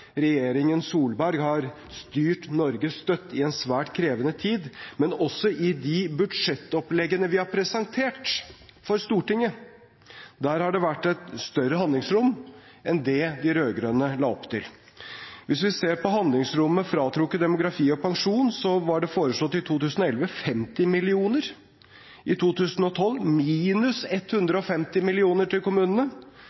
Regjeringen Solberg har styrt Norge støtt i en svært krevende tid. Men også i de budsjettoppleggene vi har presentert for Stortinget, har det vært et større handlingsrom enn det de rød-grønne la opp til. Hvis vi ser på handlingsrommet fratrukket demografi og pensjon, var det i 2011 foreslått 50 mill. kr. til kommunene, i 2012 minus